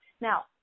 Now